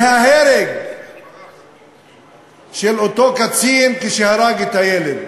מההרג של אותו קצין שהרג את הילד.